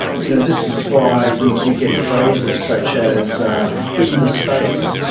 you know this is why you you get phrases such as in the space,